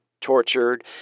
tortured